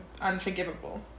unforgivable